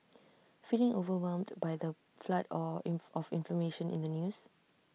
feeling overwhelmed by the flood all in of information in the news